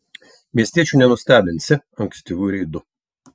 miestiečių nenustebinsi ankstyvu reidu